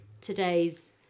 today's